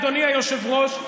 אדוני היושב-ראש,